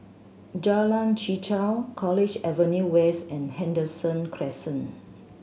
Jalan Chichau College Avenue West and Henderson Crescent